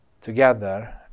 together